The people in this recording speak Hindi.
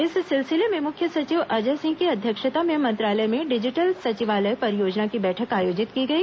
इस सिलसिले में मुख्य सचिव अजय सिंह की अध्यक्षता में मंत्रालय में डिजिटल सचिवालय परियोजना की बैठक आयोजित की गई